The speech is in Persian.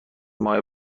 ماه